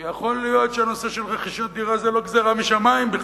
כי יכול להיות שהנושא של רכישת דירה זה לא גזירה משמים בכלל.